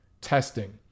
testing